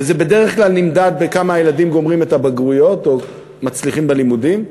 וזה בדרך כלל נמדד בכמה הילדים גומרים את הבגרויות או מצליחים בלימודים,